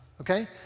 okay